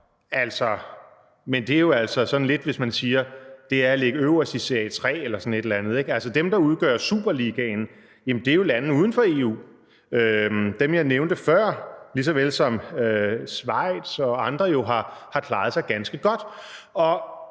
men det er jo altså sådan lidt som, hvis man siger: Det er at ligge øverst i Serie 3 eller sådan et eller andet. Dem, der udgør superligaen, er jo lande uden for EU, altså dem, jeg nævnte før, lige så vel som Schweiz og andre jo har klaret sig ganske godt.